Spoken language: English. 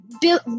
built